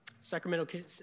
Sacramento